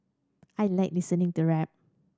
I like listening to rap